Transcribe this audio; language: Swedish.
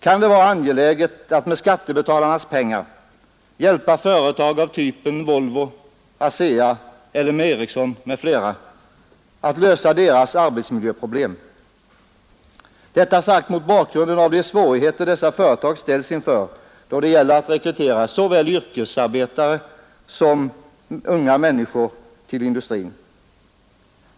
Kan det vara angeläget att med skattebetalarnas pengar hjälpa företag av typen Volvo, ASEA, LM Ericsson m.fl. att lösa sina arbetsmiljöproblem? Jag ifrågasätter detta mot bakgrund av de svårigheter dessa företag ställs inför då det gäller att rekrytera såväl yrkesarbetare som unga människor till industrin.